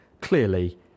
Clearly